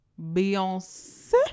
Beyonce